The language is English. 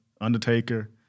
Undertaker